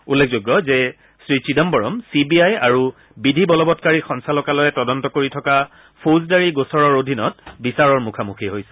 উল্লেখযোগ্য যে শ্ৰীচিদাম্বৰম C B আই আৰু বিধি বলবৎকাৰী সঞ্চালকালয়ে তদন্ত কৰি থকা ফৌজদাৰী গোচৰৰ অধীনত বিচাৰৰ মুখামুখি হৈছে